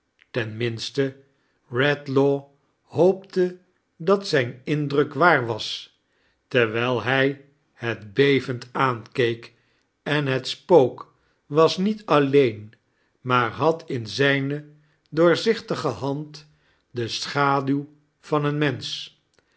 minete redlaw hoopte dat zijn indruk waar was terwijl hij het bevend aankeek en het spook was niet alleen maar had in zijne doorzichtige hand die schaduw vain een mensch